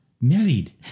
married